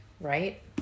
right